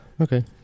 Okay